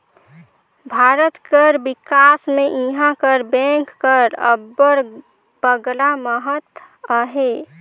भारत कर बिकास में इहां कर बेंक कर अब्बड़ बगरा महत अहे